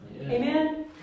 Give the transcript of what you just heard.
Amen